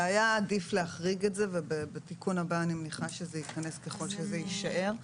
היה עדיף להחריג את זה ובתיקון הבא אני מניחה שזה ייכנס ככל שזה יישאר.